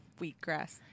wheatgrass